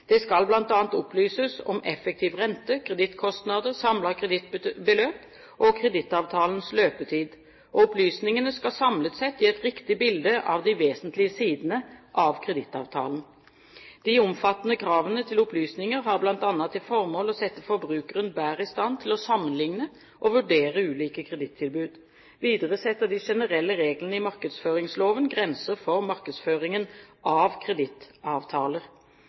Det skal bl.a. opplyses om effektiv rente, kredittkostnader, samlet kredittbeløp og kredittavtalens løpetid, og opplysningene skal samlet sett gi et riktig bilde av de vesentlige sidene av kredittavtalen. De omfattende kravene til opplysninger har bl.a. til formål å sette forbrukeren bedre i stand til å sammenligne og vurdere ulike kredittilbud. Videre setter de generelle reglene i markedsføringsloven grenser for markedsføringen av kredittavtaler.